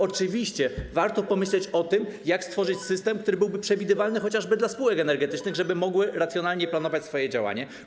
Oczywiście warto pomyśleć o tym, jak stworzyć system, który byłby przewidywalny chociażby dla spółek energetycznych, żeby mogły racjonalnie planować swoje działanie.